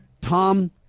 Tom